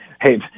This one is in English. hey